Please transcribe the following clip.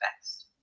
best